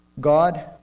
God